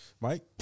Mike